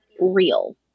real